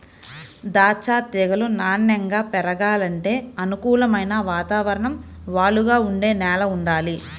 దాచ్చా తీగలు నాన్నెంగా పెరగాలంటే అనుకూలమైన వాతావరణం, వాలుగా ఉండే నేల వుండాలి